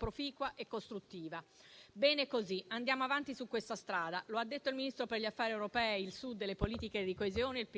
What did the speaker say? proficua e costruttiva. «Bene così. Andiamo avanti su questa strada»: lo ha detto il ministro per gli affari europei, il Sud, le politiche di coesione e